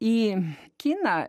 į kiną